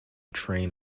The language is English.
train